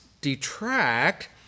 detract